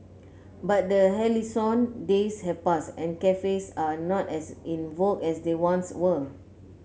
but the halcyon days have passed and cafes are not as in vogue as they once were